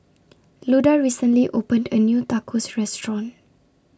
Luda recently opened A New Tacos Restaurant